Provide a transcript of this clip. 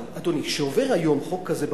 אבל, אדוני, כשעובר היום חוק כזה בכנסת,